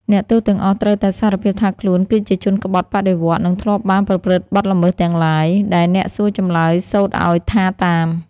អ្នកទោសទាំងអស់ត្រូវតែសារភាពថាខ្លួនគឺជាជនក្បត់បដិវត្តន៍ និងធ្លាប់បានប្រព្រឹត្តបទល្មើសទាំងឡាយ ដែលអ្នកសួរចម្លើយសូត្រអោយថាតាម ។